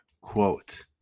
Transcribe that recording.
quote